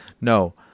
No